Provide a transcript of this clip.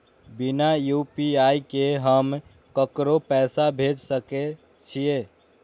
बिना यू.पी.आई के हम ककरो पैसा भेज सके छिए?